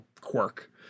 quirk